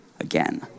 again